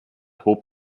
hob